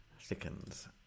thickens